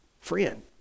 Friend